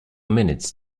minutes